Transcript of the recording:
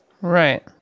Right